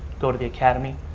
go to the academy.